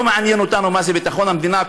לא מעניין אותנו מה זה ביטחון המדינה?